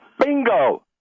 Bingo